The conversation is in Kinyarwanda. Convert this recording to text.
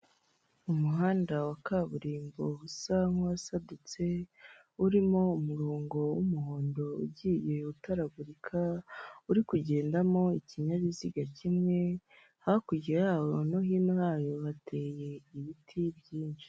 Umuhanda wa kaburimbo usa nk'uwasadutse urimo umurongo w'umuhondo ugiye utaragurika, uri kugendamo ikinyabiziga kimwe, hakurya yaho no hino hayo hateye ibiti byinshi.